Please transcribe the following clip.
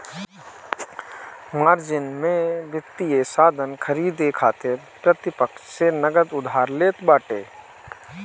margin में वित्तीय साधन खरीदे खातिर प्रतिपक्ष से नगद उधार लेत बाटे